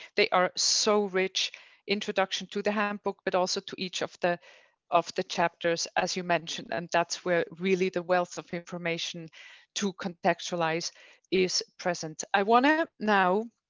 they are so rich introduction to the handbook, but also to each of the of the chapters, as you mentioned. and that's where really the wealth of information to contextualize is present. i want to know.